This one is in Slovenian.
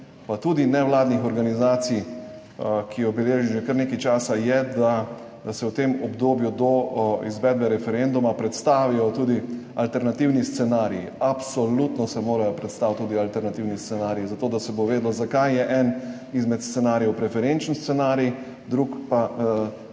pa tudi nevladnih organizacij, ki se beleži že kar nekaj časa, je, da se v tem obdobju do izvedbe referenduma predstavijo tudi alternativni scenariji. Absolutno se morajo predstaviti tudi alternativni scenariji. Zato da se bo vedelo, zakaj je eden izmed scenarijev preferenčni scenarij, drugi pa